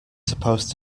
supposed